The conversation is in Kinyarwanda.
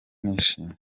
nishimye